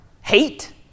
Hate